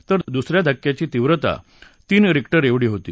तर दुसऱ्या धक्क्याची तीव्रता तीन रिक्टर होती